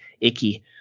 icky